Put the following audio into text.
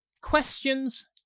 questions